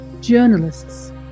journalists